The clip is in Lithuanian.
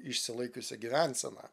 išsilaikiusią gyvenseną